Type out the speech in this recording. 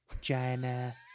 China